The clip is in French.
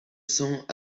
cents